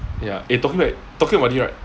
ya eh talking ya talking about it right